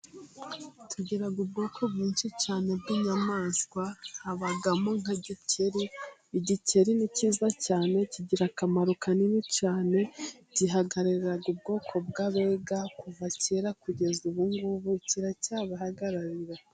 Tugira ubwoko bwinshi cyane bw'inyamaswa habamo nk'igikeri igikeri ni cyiza cyane kigira akamaro kanini cyane gihagararira ubwoko bw'abega kuva kera kugeza ubungubu kiracyabahagararira.